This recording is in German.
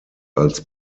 als